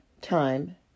time